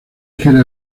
ligera